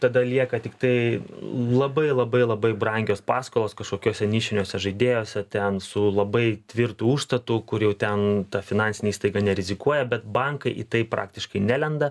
tada lieka tiktai labai labai labai brangios paskolos kažkokiuose nišiniuose žaidėjuose ten su labai tvirtu užstatu kur jau ten ta finansinė įstaiga nerizikuoja bet bankai į tai praktiškai nelenda